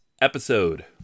episode